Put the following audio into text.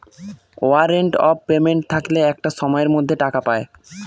warrant of payment থাকলে একটা সময়ের মধ্যে টাকা পায়